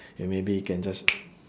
and maybe you can just